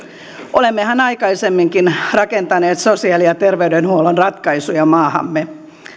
olemmehan aikaisemminkin rakentaneet sosiaali ja terveydenhuollon ratkaisuja maahamme